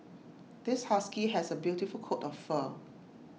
this husky has A beautiful coat of fur